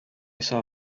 saw